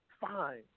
fine